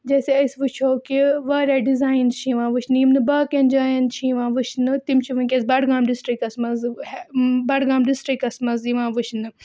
جیسے أسۍ وٕچھو کہِ واریاہ ڈِزاین چھِ یِوان وٕچھنہِ یِم نہٕ باقٕیَن جایَن چھِ یِوان وٕچھنہٕ تِم چھِ وٕنکیٚس بڈگام ڈِسٹِرٛکَس منٛزٕ بڈگام ڈِسٹِرٛکَس منٛز یِوان وٕچھنہٕ